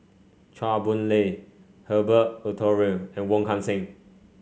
Chua Boon Lay Herbert Eleuterio and Wong Kan Seng